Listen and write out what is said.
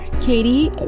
Katie